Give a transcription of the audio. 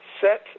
set